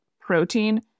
protein